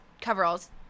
coveralls